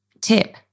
tip